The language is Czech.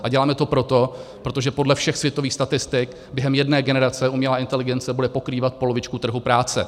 A děláme to proto, protože podle všech světových statistik během jedné generace umělá inteligence bude pokrývat polovičku trhu práce.